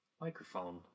Microphone